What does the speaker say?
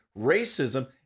racism